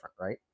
right